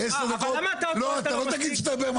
אבל למה אותו אתה לא מוציא?